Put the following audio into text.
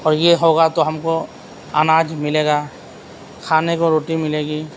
اور یہ ہوگا تو ہم کو اناج مِلے گا کھانے کو روٹی مِلے گی